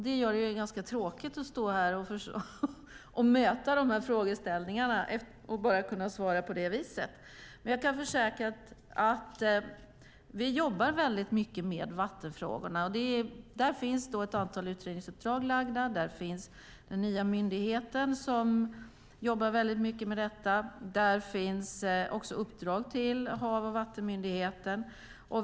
Det är ganska trist att bara kunna svara på det viset. Jag kan försäkra att vi jobbar mycket med vattenfrågorna. Det finns ett antal utredningsuppdrag. Vi har den nya myndigheten som jobbar med detta. Det finns uppdrag till Havs och vattenmyndigheten.